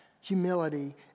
humility